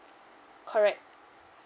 correct